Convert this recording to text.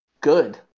good